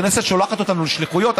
הכנסת שולחת אותנו לשליחויות,